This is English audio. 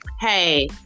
Hey